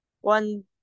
one